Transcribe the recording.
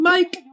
Mike